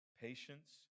patience